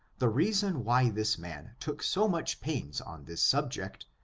the reason why this man took so much pains on this subject,